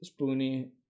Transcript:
Spoonie